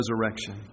resurrection